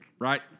Right